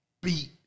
beat